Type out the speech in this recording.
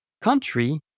country